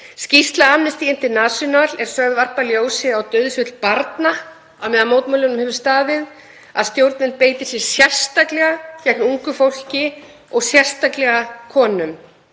Skýrsla Amnesty International er sögð varpa ljósi á dauðsföll barna meðan á mótmælunum hefur staðið, að stjórnvöld beiti sér sérstaklega gegn ungu fólki og sérstaklega konum.